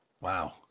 Wow